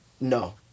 No